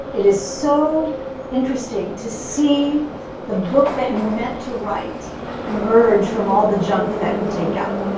it is so interesting to see the book that you meant to write emerge from all the junk that you take out.